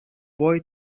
boy